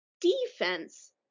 defense